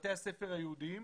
לבתי הספר היהודיים,